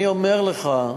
אני אומר לך,